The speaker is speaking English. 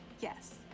Yes